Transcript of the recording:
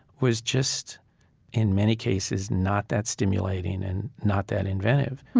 was just in many cases not that stimulating and not that inventive.